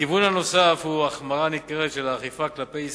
הכיוון הנוסף הוא החמרה ניכרת של האכיפה כלפי ישראלים,